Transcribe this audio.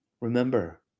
Remember